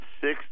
Six